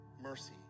mercy